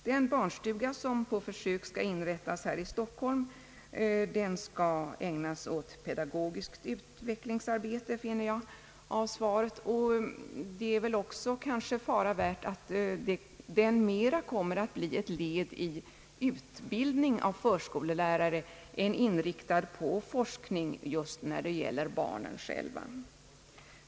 Den barnstuga som på försök skall inrättas här i Stockholm skall användas för pedagogiskt utvecklingsarbete, finner jag av svaret. Det är kanske fara värt att den mera kommer att bli ett led i utbildningen av förskollärare än inriktad på forskning just när det gäller barnen själva.